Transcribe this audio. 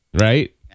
Right